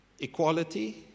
equality